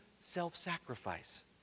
self-sacrifice